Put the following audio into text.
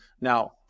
Now